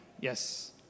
Yes